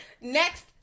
Next